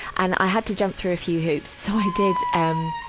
and i had to jump through a few hoops. so i did, um.